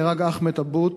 נהרג אחמד עבוד,